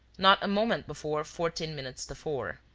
not a moment before fourteen minutes to four.